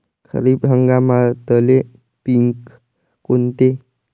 खरीप हंगामातले पिकं कोनते?